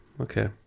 Okay